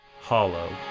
Hollow